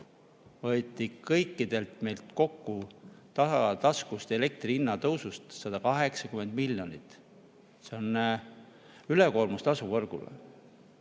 võeti kõikidelt meilt kokku tagataskust elektri hinna tõusuga 180 miljonit. See on ülekoormustasu võrgule.